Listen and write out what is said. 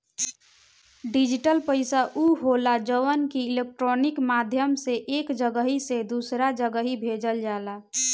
digital पईसा उ होला जवन की इलेक्ट्रोनिक माध्यम से एक जगही से दूसरा जगही भेजल जाला